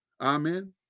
Amen